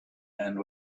and